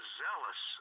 zealous